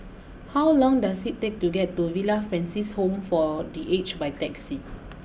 how long does it take to get to Villa Francis Home for the Aged by taxi